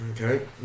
Okay